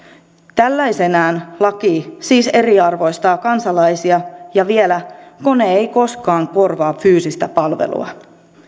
tällaisenaan laki siis eriarvoistaa kansalaisia ja vielä kone ei koskaan korvaa fyysistä palvelua